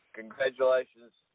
congratulations